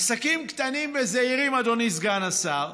עסקים קטנים וזעירים, אדוני סגן השר,